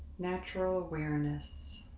natural awareness